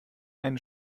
einen